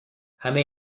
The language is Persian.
همه